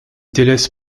délaisse